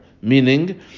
meaning